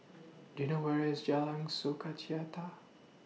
Do YOU know Where IS Jalan